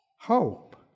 hope